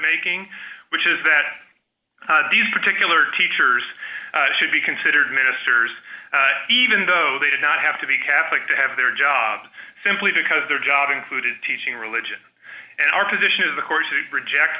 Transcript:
making which is that these particular teachers should be considered ministers even though they did not have to be catholic to have their job simply because their job included teaching religion and our position is of course to reject